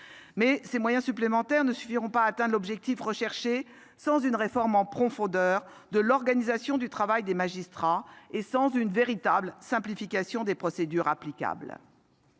Mais ces moyens supplémentaires ne suffiront pas à atteindre l'objectif fixé sans une réforme en profondeur de l'organisation du travail des magistrats ni une véritable simplification des procédures applicables.